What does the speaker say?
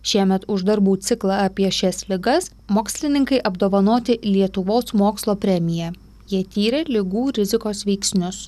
šiemet už darbų ciklą apie šias ligas mokslininkai apdovanoti lietuvos mokslo premija jie tyrė ligų rizikos veiksnius